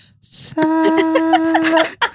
sad